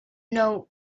know